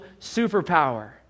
superpower